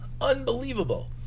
unbelievable